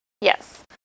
Yes